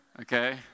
okay